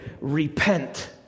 repent